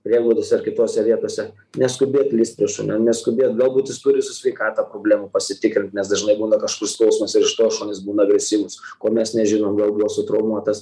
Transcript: prieglaudose ar kitose vietose neskubėt lįst prie šunio neskubėt galbūt jis turi su sveikata problemų pasitikrint nes dažnai būna kažkur skausmas ir iš to šunys būna agresyvūs ko mes nežinom gal buvosutraumuotas